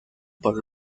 por